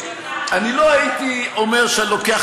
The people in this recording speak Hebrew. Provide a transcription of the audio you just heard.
תדאג לדברים האחרים במדינה אני לא הייתי אומר שאני לוקח